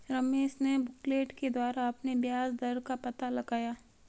रमेश ने बुकलेट के द्वारा अपने ब्याज दर का पता लगाया